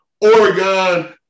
Oregon